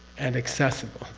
and accessible,